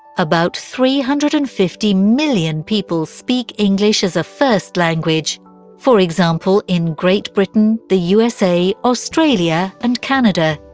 about three hundred and fifty million people speak english as a first language for example in great britain, the usa, australia and canada,